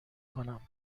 کنم